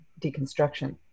deconstruction